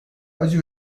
acı